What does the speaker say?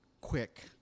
quick